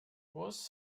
was